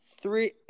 three